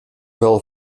vel